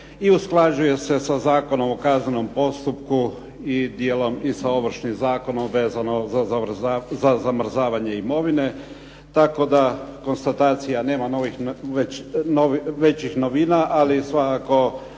i usklađuje se za Zakonom o kaznenom postupku i dijelom i sa ovršnim zakonom bez onog za zamrzavanje imovine. Tako da konstatacija je da nema većih novina, ali svakako